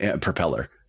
propeller